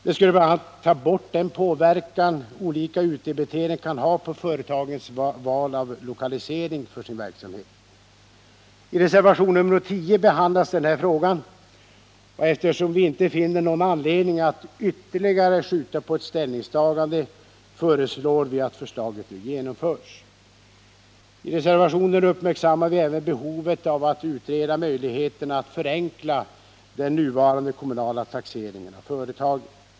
Det skulle bl.a. ta bort den påverkan olika utdebiteringar kan ha på företagens val av lokalisering för sin verksamhet. I reservation nr 10 behandlas den här frågan, och eftersom vi inte finner någon anledning att ytterligare skjuta på ett ställningstagande, föreslår vi att förslaget nu genomförs. I reservationen uppmärksammar vi även behovet av att utreda möjligheterna att förenkla den nuvarande kommunala taxeringen av företagen.